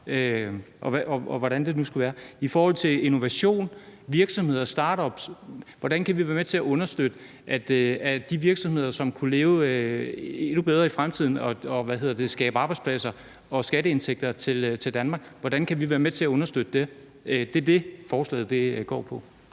Hvordan kan vi i forhold til innovation, virksomheder og startups være med til at understøtte de virksomheder, som vil kunne leve endnu bedre i fremtiden og skabe arbejdspladser og skatteindtægter til Danmark? Hvordan kan vi være med til at understøtte det? Det er det, forslaget går på.